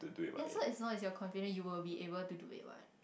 ya so as long as you're confident you will be able to do it what